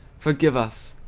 forgive us,